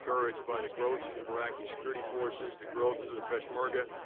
encouraged by the growth of iraqi security forces, the growth of the peshmerga.